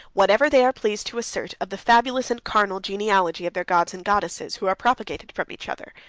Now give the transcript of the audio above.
whatever they are pleased to assert of the fabulous, and carnal, genealogy of their gods and goddesses, who are propagated from each other.